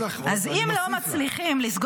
אז יש לך עוד, ואני מוסיף לך.